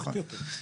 נכון.